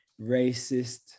racist